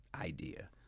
idea